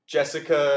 Jessica